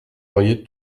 auriez